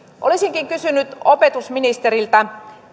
olisinkin kysynyt opetusministeriltä